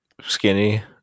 skinny